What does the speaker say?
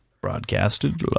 broadcasted